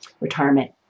retirement